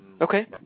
Okay